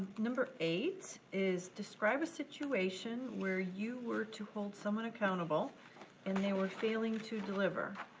number eight is describe a situation where you were to hold someone accountable and they were failing to deliver.